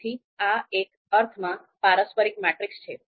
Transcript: તેથી આ એક અર્થમાં પારસ્પરિક મેટ્રિક્સ છે